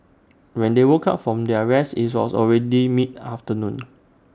when they woke up from their rest IT was already mid afternoon